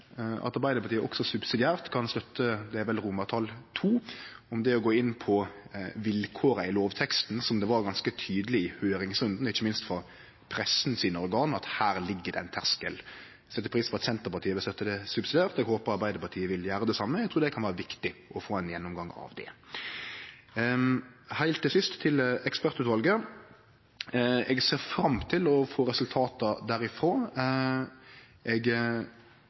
at Arbeidarpartiet også subsidiært kan støtte – det er vel – forslag til vedtak II, om det å gå inn på vilkåra i lovteksten, der det i høyringsrunden var ganske tydeleg, ikkje minst frå presseorgana, at her ligg det ein terskel. Eg set pris på at Senterpartiet vil støtte det subsidiært, og eg håpar Arbeidarpartiet vil gjere det same. Eg trur det kan vere viktig å få ein gjennomgang av det. Heilt til sist til ekspertutvalet: Eg ser fram til å få resultat derfrå. Eg